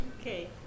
Okay